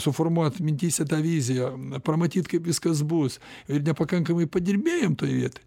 suformuot mintyse tą viziją pramatyt kaip viskas bus ir nepakankamai padirbėjom toj vietoj